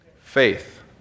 faith